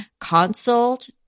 consult